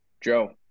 Joe